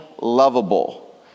lovable